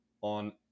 on